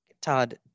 Todd